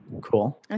Cool